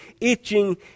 itching